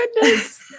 goodness